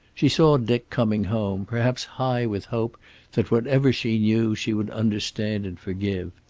she saw dick coming home, perhaps high with hope that whatever she knew she would understand and forgive.